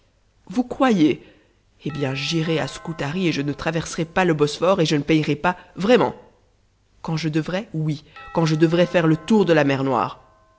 vous croyez eh bien j'irai à scutari et je ne traverserai pas le bosphore et je ne payerai pas vraiment quand je devrais oui quand je devrais faire le tour de la mer noire